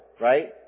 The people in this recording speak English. right